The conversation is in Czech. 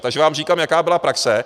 Takže vám říkám, jaká byla praxe.